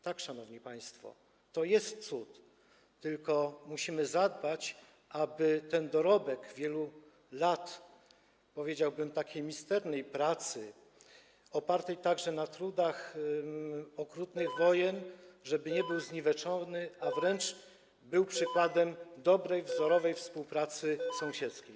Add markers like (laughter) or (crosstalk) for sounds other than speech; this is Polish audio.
Tak, szanowni państwo, to jest cud, tylko musimy zadbać, aby ten dorobek wielu lat, powiedziałbym, takiej misternej pracy, opartej także na trudach (noise) okrutnych wojen, nie był zniweczony, a wręcz był przykładem dobrej, wzorowej współpracy sąsiedzkiej.